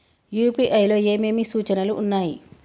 UPI లో ఏమేమి సూచనలు ఉన్నాయి?